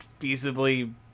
feasibly